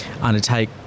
undertake